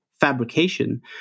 fabrication